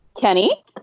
Kenny